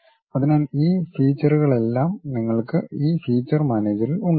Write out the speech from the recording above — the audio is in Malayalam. അതിനാൽ ഈ ഫീച്ചർകളെല്ലാം നിങ്ങൾക്ക് ഈ ഫീച്ചർ മാനേജറിൽ ഉണ്ടാകും